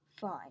Fine